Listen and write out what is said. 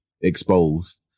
exposed